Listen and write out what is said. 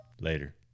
Later